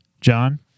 John